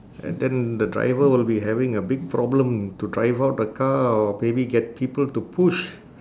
and then the driver will be having a big problem to drive out the car or maybe get people to push